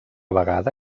vegada